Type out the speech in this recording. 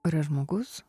kuria žmogus